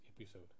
episode